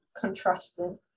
contrasting